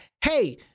Hey